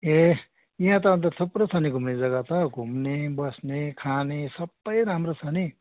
ए यहाँ त अन्त थुप्रो छ नि घुम्ने जग्गा त घुम्ने बस्ने खाने सबै राम्रो छ नि